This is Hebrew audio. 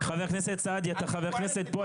חבר הכנסת סעדי, אתה חבר כנסת פה.